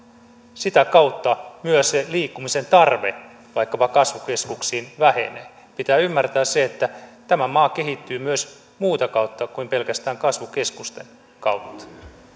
sitä kautta myös se liikkumisen tarve vaikkapa kasvukeskuksiin vähenee pitää ymmärtää se että tämä maa kehittyy myös muuta kautta kuin pelkästään kasvukeskusten kautta